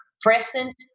present